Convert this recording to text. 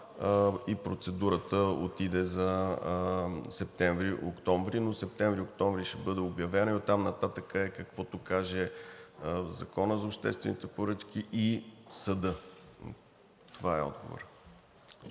и процедурата отиде за септември-октомври, но септември-октомври ще бъде обявена и оттам нататък е каквото каже Законът за обществените поръчки и съдът. Това е отговорът.